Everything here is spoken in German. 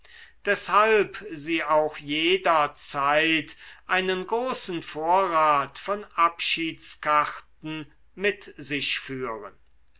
deshalb sie auch jederzeit einen großen vorrat von abschiedskarten mit sich führen